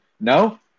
No